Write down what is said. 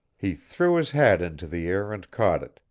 he threw his hat into the air and caught it,